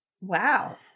Wow